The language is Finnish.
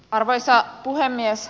arvoisa puhemies